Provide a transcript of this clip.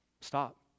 Stop